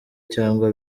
cyangwa